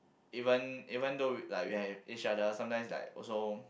even even though like we have each other sometimes it's like also